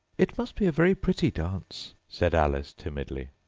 it must be a very pretty dance said alice timidly.